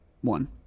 One